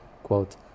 Quote